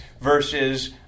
versus